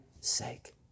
sake